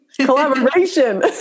Collaboration